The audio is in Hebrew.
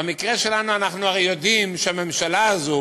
במקרה שלנו אנחנו הרי יודעים שהממשלה הזו